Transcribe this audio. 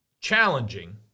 challenging